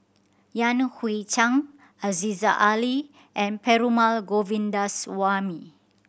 Yan Hui Chang Aziza Ali and Perumal Govindaswamy